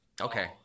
Okay